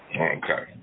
Okay